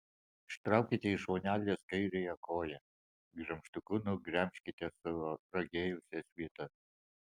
ištraukite iš vonelės kairiąją koją gremžtuku nugremžkite suragėjusias vietas